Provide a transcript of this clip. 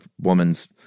woman's